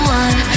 one